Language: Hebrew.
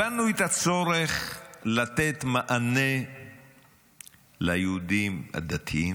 הבנו את הצורך לתת מענה ליהודים הדתיים